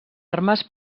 armes